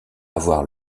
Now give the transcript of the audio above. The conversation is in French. avoir